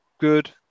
good